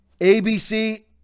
ABC